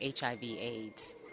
HIV-AIDS